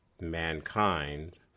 mankind